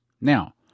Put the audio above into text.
Now